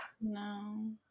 no